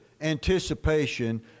anticipation